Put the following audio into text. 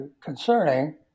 concerning